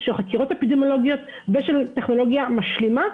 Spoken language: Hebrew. של חקירות אפידמיולוגיות ושל טכנולוגיה משלימה,